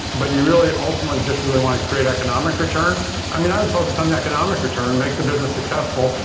but you really ultimately just really want to create economic return i mean i'd focus on the economic return, make the business successful.